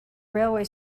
railway